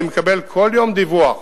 אני מקבל כל יום דיווח,